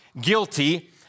guilty